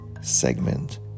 segment